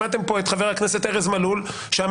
שמעתם כאן את חבר הכנסת ארז מלול שאמר,